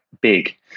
big